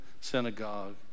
synagogue